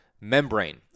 membrane